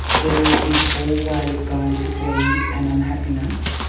there is always going to be an unhappiness,